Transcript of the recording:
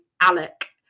Alec